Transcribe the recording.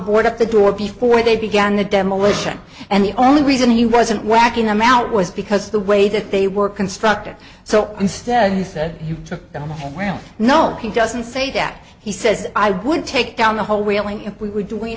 board at the door before they began the demolition and the only reason he wasn't whacking them out was because the way that they were constructed so instead he said you took that on the ground no he doesn't say that he says i would take down the whole railing if we were doing